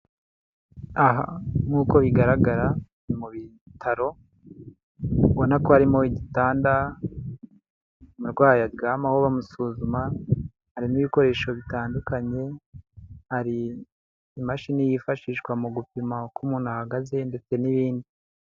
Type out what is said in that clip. Aha nkuko bigaragara mu bitaro ubona ko harimo igitanda umurwayi aryamaho bamusuzuma harimo ibikoresho bitandukanye hari imashini yifashishwa mu gupima uko umuntu ahagaze ndetse n'ibindi.